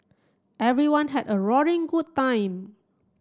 everyone had a roaring good time